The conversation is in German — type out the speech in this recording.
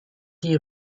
die